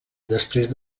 després